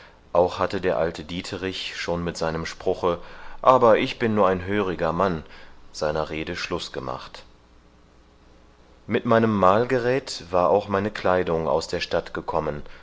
auch hatte der alte dieterich schon mit seinem spruche aber ich bin nur ein höriger mann seiner rede schluß gemacht mit meinem malgeräth war auch meine kleidung aus der stadt gekommen